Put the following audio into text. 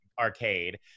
arcade